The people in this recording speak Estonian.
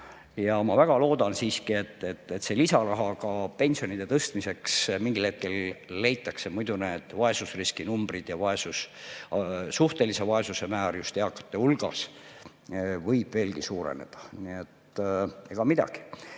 Ma väga loodan siiski, et see lisaraha ka pensionide tõstmiseks mingil hetkel leitakse, muidu need vaesusriskinumbrid ja suhtelise vaesuse määr just eakate hulgas võib veelgi suureneda. Nii et ega midagi.